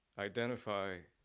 identify